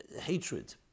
hatred